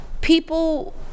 people